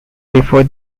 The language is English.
before